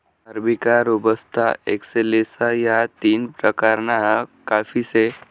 arabica, robusta, excelsa या तीन प्रकारना काफी से